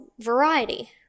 variety